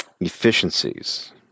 Efficiencies